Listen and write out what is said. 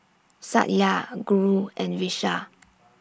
Satya Guru and Vishal